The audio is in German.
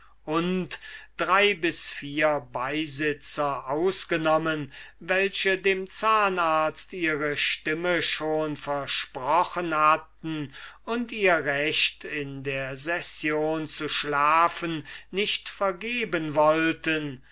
und drei bis vier beisitzer ausgenommen welche dem zahnarzt ihre stimme schon versprochen hatten und ihr recht in der session zu schlafen nicht vergeben wollten